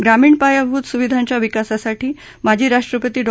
ग्रामीण पायाभूत सुविधांच्या विकासासाठी माजी राष्ट्रपती डॉ